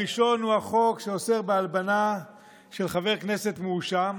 הראשון הוא החוק שעוסק בהלבנה של חבר כנסת מואשם.